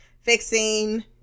fixing